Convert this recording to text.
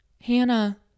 Hannah